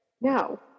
No